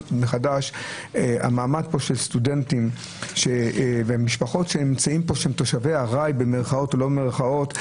מעמד סטודנטים ומשפחות של תושב ארעי במירכאות או שלא במירכאות,